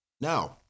Now